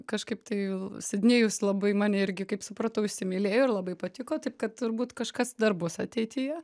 kažkaip tai l sidnėjus labai mane irgi kaip supratau įsimylėjo ir labai patiko taip kad turbūt kažkas dar bus ateityje